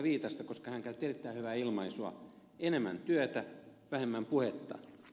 viitasta koska hän käytti erittäin hyvää ilmaisua enemmän työtä vähemmän puhetta